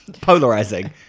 Polarizing